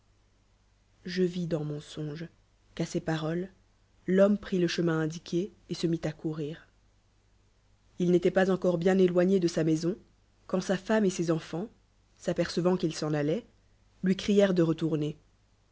je vis dans mon songe qu'a ces paroles l'liomme prit le chemin indiqné et se mit courir il n'étoit pas encore bien éloigné de sa maison quand sa femme et ses enfants s'apercevant qu ii s'en alloit loi criè nt de retourner